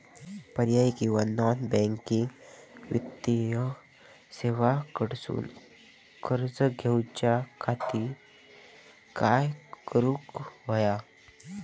पर्यायी किंवा non banking वित्तीय सेवा कडसून कर्ज घेऊच्या खाती काय करुक होया?